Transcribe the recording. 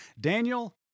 Daniel